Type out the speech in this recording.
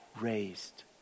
raised